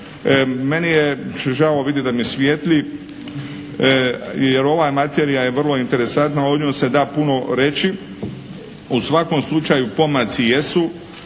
Meni je žao vidjeti da mi svijetli jer ova materija je vrlo interesantna, o njoj se da puno reći. U svakom slučaju pomaci jesu